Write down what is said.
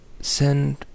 Send